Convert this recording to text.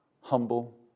humble